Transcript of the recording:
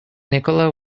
nikola